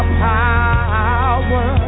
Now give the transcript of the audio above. power